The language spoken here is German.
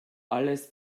alles